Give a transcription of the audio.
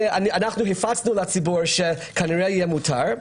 אנחנו הפצו לציבור שכנראה יהיה מותר,